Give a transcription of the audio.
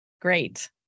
great